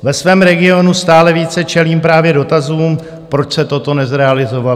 Ve svém regionu stále více čelím právě dotazům, proč se toto nezrealizovalo.